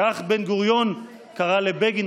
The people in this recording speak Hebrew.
כך בן-גוריון קרא לבגין.